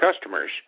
customers